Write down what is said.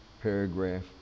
paragraph